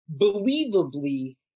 believably